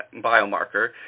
biomarker